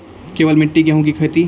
केवल मिट्टी गेहूँ की खेती?